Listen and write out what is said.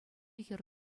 хӗр